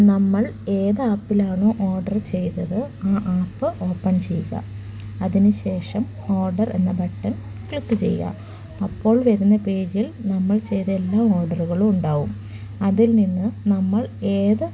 നമ്മൾ ഏത് ആപ്പിലാണോ ഓർഡർ ചെയ്തത് ആ ആപ്പ് ഓപ്പൺ ചെയ്യുക അതിന് ശേഷം ഓർഡർ എന്ന ബട്ടൺ ക്ലിക്ക് ചെയ്യുക അപ്പോൾ വരുന്ന പേജിൽ നമ്മൾ ചെയ്ത എല്ലാ ഓർഡറുകളും ഉണ്ടാകും അതിൽ നിന്ന് നമ്മൾ ഏത്